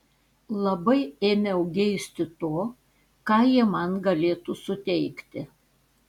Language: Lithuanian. labai ėmiau geisti to ką jie man galėtų suteikti